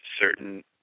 certain